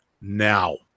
now